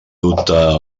dubte